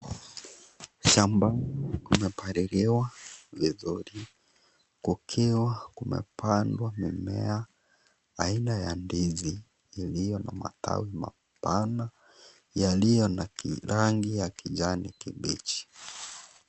Shambani kumepaliliwa vizuri kukiwa kumepandwa mimea aina ya ndizi iliyo na matawi mapana yaliyo na rangi ya kijani kibichi.